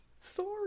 Sorry